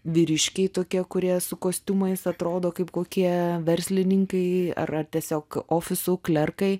vyriškiai tokie kurie su kostiumais atrodo kaip kokie verslininkai ar ar tiesiog ofisų klerkai